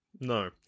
No